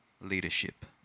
leadership